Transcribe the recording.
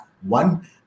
one